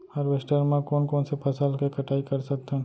Harvester म कोन कोन से फसल के कटाई कर सकथन?